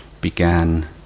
began